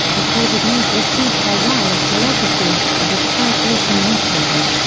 recorded news received by wireless telegraphy, and is first ocean newspaper.